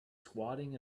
squatting